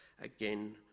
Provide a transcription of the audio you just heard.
again